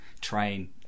train